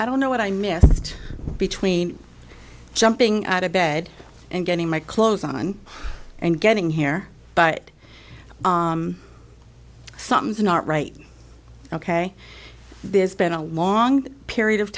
i don't know what i missed between jumping out of bed and getting my clothes on and getting here but something's not right ok there's been a long period of